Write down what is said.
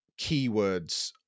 keywords